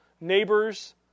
neighbors